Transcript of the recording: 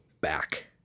back